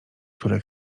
które